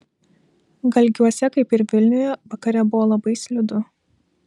galgiuose kaip ir vilniuje vakare buvo labai slidu